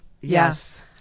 Yes